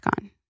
on